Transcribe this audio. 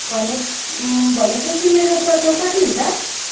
भने भनेपछि मेरो टोटल कति हुन्छ